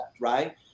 right